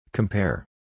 Compare